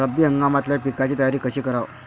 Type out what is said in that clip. रब्बी हंगामातल्या पिकाइची तयारी कशी कराव?